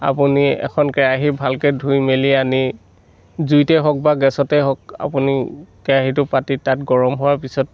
আপুনি এখন কেৰাহী ভালকৈ ধুই মেলি আনি জুইতে হওক বা গেছতে হওক আপুনি কেৰাহীটো পাতি তাত গৰম হোৱাৰ পিছত